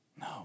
no